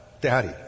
daddy